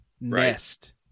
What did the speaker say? nest